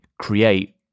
create